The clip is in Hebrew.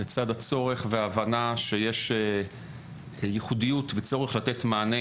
לצד הצורך והבנה שיש ייחודיות וצורך לתת מענה